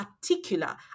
particular